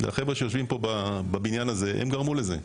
החבר'ה שיושבים בבניין הזה גרמו לזה.